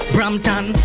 Brampton